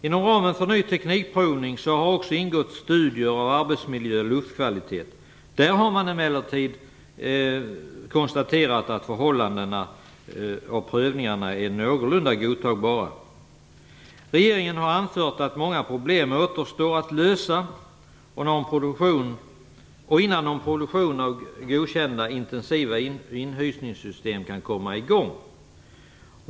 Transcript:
Inom ramen för provningen av ny teknik har också ingått studier av arbetsmiljö och luftkvalitet. Där har man emellertid konstaterat att förhållandena vid provningarna är någorlunda godtagbara. Regeringen har anfört att många problem återstår att lösa innan någon produktion av godkända intensiva inhysningssystem kan komma i gång.